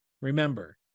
remember